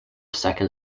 second